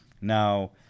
Now